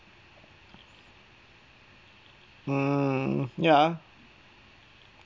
mm ya